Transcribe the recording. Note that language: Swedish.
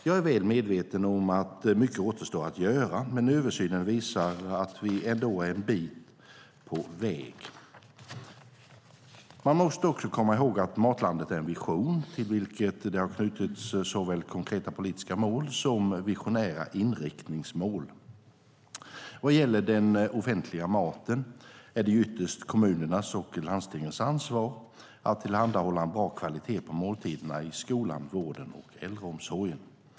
Jag är väl medveten om att mycket återstår att göra, men översynen visar att vi ändå är en bit på väg. Man måste också komma ihåg att Matlandet är en vision till vilken det har knutits såväl konkreta politiska mål som visionära inriktningsmål. Vad gäller den offentliga maten är det ytterst kommunernas och landstingens ansvar att tillhandahålla en bra kvalitet på måltiderna i skolan, vården och äldreomsorgen.